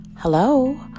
Hello